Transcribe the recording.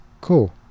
cool